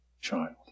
child